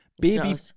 Baby